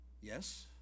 Yes